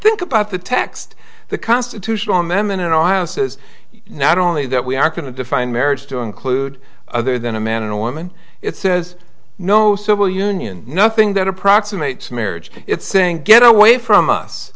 think about the text the constitutional amendment in our house is not only that we are going to define marriage to include other than a man and a woman it says no civil union nothing that approximates marriage it's saying get away from us